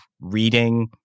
reading